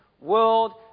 world